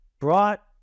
brought